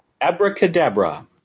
Abracadabra